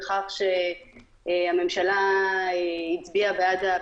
ברור לנו לחלוטין שהנושא הזה הוא הכרחי לנו על מנת